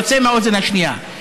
יוצא מהאוזן השנייה.